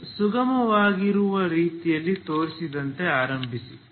ಅದು ಸುಗಮವಾಗಿರುವ ರೀತಿಯಲ್ಲಿ ತೋರಿಸಿದಂತೆ ಆರಂಭಿಸಿ